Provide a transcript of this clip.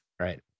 Right